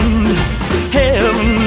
Heaven